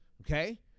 Okay